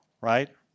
right